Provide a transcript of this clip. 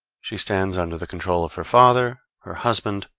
she stands under the control of her father, her husband,